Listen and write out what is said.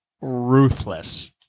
Ruthless